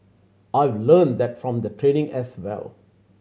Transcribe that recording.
I learnt that from the training as well